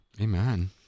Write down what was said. Amen